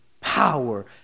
power